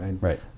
right